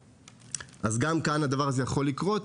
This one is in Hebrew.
גם כאן הדבר הזה יכול לקרות.